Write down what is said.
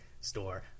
store